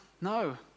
No